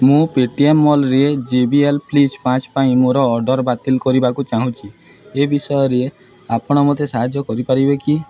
ମୁଁ Paytm ମଲ୍ରେ J B L flip ପାଞ୍ଚ ପାଇଁ ମୋର ଅର୍ଡ଼ର୍ ବାତିଲ କରିବାକୁ ଚାହୁଁଛି ଏ ବିଷୟରେ ଆପଣ ମୋତେ ସାହାଯ୍ୟ କରିପାରିବେ କି